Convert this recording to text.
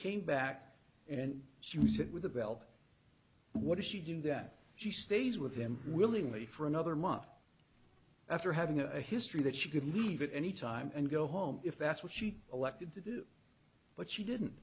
came back and she was hit with a belt what does she do that she stays with him willingly for another month after having a history that she could leave it any time and go home if that's what she elected to do but she didn't